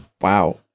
Wow